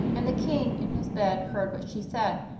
and the king in his bed heard what she said,